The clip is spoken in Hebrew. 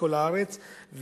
בכל הארץ.